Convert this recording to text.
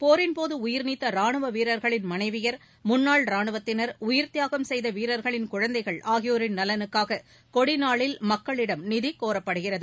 போரின்போது உயிர்நீத்த ராணுவ வீரர்களின் மனைவியர் முன்னாள் ராணுவத்தினர் உயிர்த்தியாகம் செய்த வீரர்களின் குழந்தைள் ஆகியோரின் நலனுக்காக கொடிநாளில் மக்களிடம் நிதி கோரப்படுகிறது